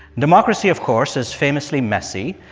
democracy, of course, is famously messy.